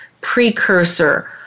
precursor